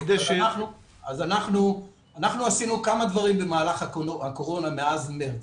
אנחנו עשינו כמה דברים במהלך הקורונה מאז מארס.